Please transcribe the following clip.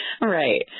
right